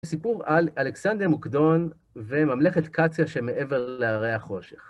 סיפור על אלכסנדר מוקדון וממלכת קציא שמעבר להרי החושך.